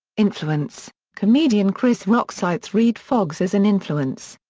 influence comedian chris rock cites redd foxx as an influence.